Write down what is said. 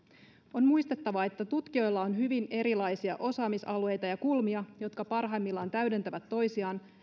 on muistettava että tutkijoilla on hyvin erilaisia osaamisalueita ja kulmia jotka parhaimmillaan täydentävät toisiaan